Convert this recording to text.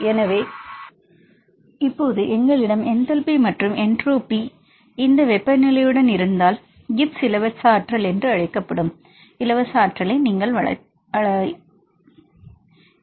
எனவே இப்போது எங்களிடம் என்டல்பி மற்றும் என்ட்ரோபி மற்றும் இந்த வெப்பநிலையுடன் இருந்தால் கிப்ஸ் இலவச ஆற்றல் என்று அழைக்கப்படும் இலவச ஆற்றலை நீங்கள் விளக்கலாம்